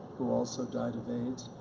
who also died of aids.